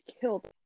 killed